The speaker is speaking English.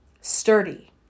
Sturdy